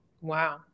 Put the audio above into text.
Wow